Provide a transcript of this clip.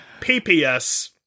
PPS